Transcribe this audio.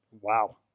Wow